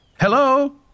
Hello